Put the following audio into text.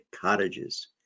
cottages